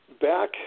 back